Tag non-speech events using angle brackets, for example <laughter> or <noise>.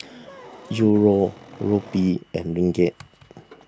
<noise> Euro Rupee and Ringgit